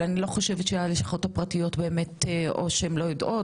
אבל אני לא חושבת שהלשכות הפרטיות באמת או שהם לא יודעות,